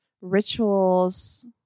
rituals